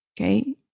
okay